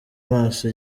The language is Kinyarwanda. maso